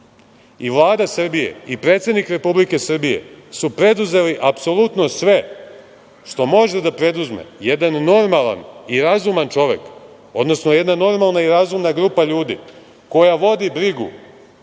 Vlada Srbije i predsednik Republike Srbije su preduzeli apsolutno sve što može da preduzme jedan normalan i razuman čovek, odnosno jedna normalna i razumna grupa ljudi koja vodi brigu